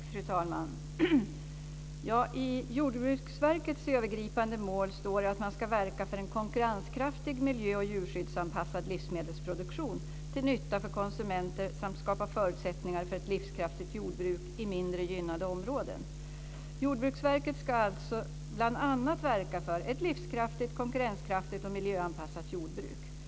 Fru talman! I Jordbruksverkets övergripande mål står det att man ska verka för en konkurrenskraftig miljö och djurskyddsanpassad livsmedelsproduktion till nytta för konsumenter samt skapa förutsättningar för ett livskraftigt jordbruk i mindre gynnade områden. Jordbruksverket ska alltså bl.a. verka för ett livskraftigt, konkurrenskraftigt och miljöanpassat jordbruk.